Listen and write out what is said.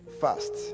fast